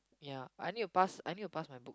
ya I need to pass I need to pass my book